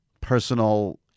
personal